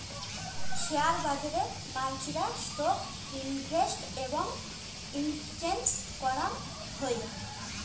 share বাজারে মানসিরা stock invest এবং এক্সচেঞ্জ করাং হই